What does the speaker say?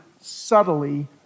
subtly